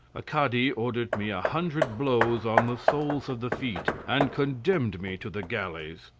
a cadi ordered me a hundred blows on the soles of the feet, and condemned me to the galleys.